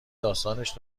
داستانش